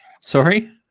Sorry